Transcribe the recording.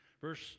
Verse